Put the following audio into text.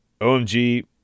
omg